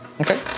Okay